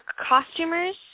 costumers